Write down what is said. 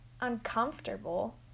uncomfortable